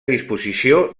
disposició